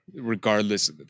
regardless